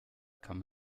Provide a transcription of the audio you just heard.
kann